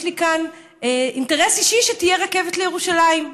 יש לי אינטרס אישי שתהיה רכבת לירושלים.